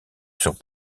sur